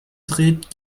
dreht